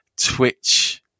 twitch